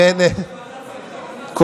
אפילו ועדת שרים לחקיקה הסכימה.